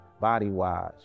body-wise